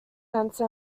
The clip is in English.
tense